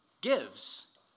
gives